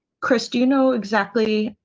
chris, you know exactly.